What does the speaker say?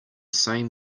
same